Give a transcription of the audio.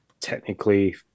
technically